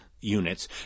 units